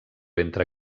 entre